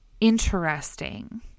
interesting